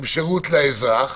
לאזרח